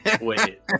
Wait